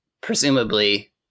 presumably